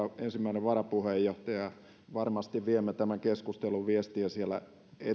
ensimmäinen varapuheenjohtaja varmasti viemme tämän keskustelun viestiä siellä eteenpäin haluan vielä